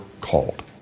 called